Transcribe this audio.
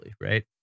right